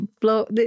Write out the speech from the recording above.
blow